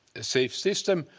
safe system.